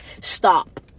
stop